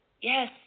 Yes